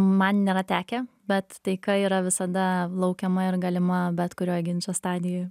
man nėra tekę bet taika yra visada laukiama ir galima bet kurioj ginčo stadijoj